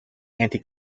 anti